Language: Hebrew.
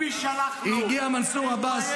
אתם יושבים עם עבריין שעשה עבירה שיש עימה קלון.